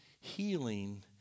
healing